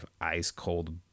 ice-cold